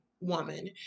woman